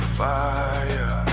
fire